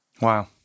Wow